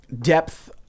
depth